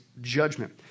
Judgment